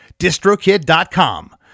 distrokid.com